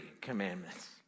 commandments